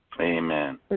Amen